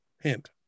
Hint